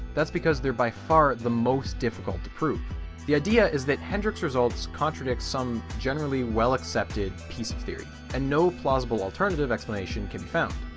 that's because they're by far the most difficult to prove the idea is that hendrik's results contradict some generally well accepted piece of theory and no plausible alternative explanation can be found.